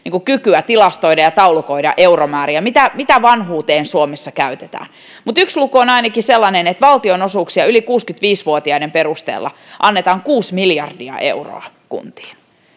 kykyä tilastoida ja taulukoida niitä euromääriä mitä mitä vanhuuteen suomessa käytetään mutta yksi luku ainakin on sellainen että valtionosuuksia yli kuusikymmentäviisi vuotiaiden perusteella annetaan kuusi miljardia euroa kuntiin